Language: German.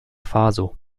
faso